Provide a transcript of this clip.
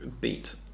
beat